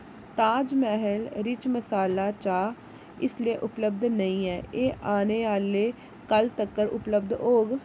ताज Mahal rich masala चाह् इसलै उपलब्ध नेईं ऐ एह् औने आह्ले कल्ल तक्कर उपलब्ध होग